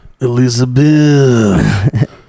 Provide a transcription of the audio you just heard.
elizabeth